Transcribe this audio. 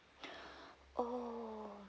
oh